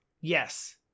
Yes